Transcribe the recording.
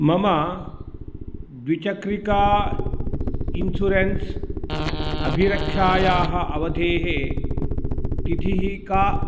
मम द्विचक्रिका इन्शुरेन्स् अभिरक्षायाः अवधेः तिथिः का